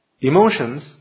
Emotions